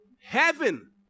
Heaven